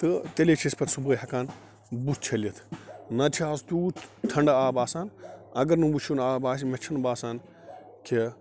تہٕ تیٚلے چھِ أسۍ پتہٕ صبحٲے ہیٚکان بُتھ چھٔلِتھ نَہ تہٕ چھِ از تیوٗت تنٛڈٕ آب آسان اگر نہٕ وُشن آب اَسہِ مےٚ چھُنہٕ بَسان کہِ